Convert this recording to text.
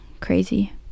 crazy